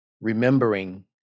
Remembering